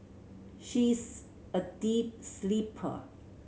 she is a deep sleeper